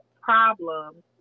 problems